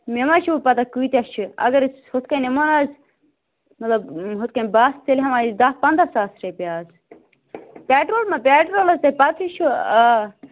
مےٚ ما چھِ وۅنۍ پَتہٕ کۭتیاہ چھِ اگر أسۍ ہُتھٕ کٔنۍ نِمو نا حظ مطلب ہُتھٕ کٔنۍ بَس تیٚلہِ ہٮ۪وان أسۍ دَہ پنٛداہ ساس رۄپیہِ حظ پیٹرول نا پیٹرول حظ تۅہہِ پَتہٕ ہٕے چھَو آ